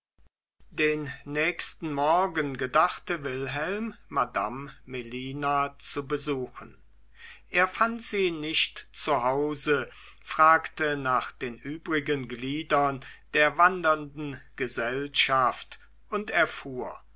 den nächsten morgen gedachte wilhelm madame melina zu besuchen er fand sie nicht zu hause fragte nach den übrigen gliedern der wandernden gesellschaft und erfuhr